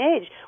age